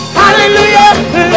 Hallelujah